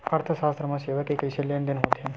अर्थशास्त्र मा सेवा के कइसे लेनदेन होथे?